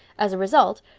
as a result,